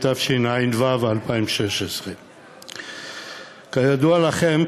התשע"ו 2016. כידוע לכם,